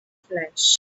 flesh